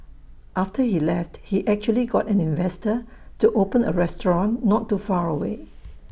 after he left he actually got an investor to open A restaurant not too far away